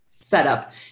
setup